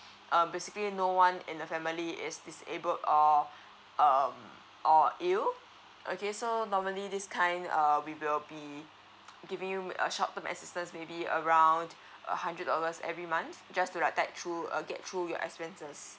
um basically no one in the family is disabled or um or ill okay so normally this kind err we will be giving you a short term assistance maybe around a hundred dollars every month just to like tight through err get through your expenses